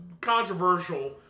controversial